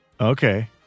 Okay